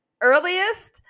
earliest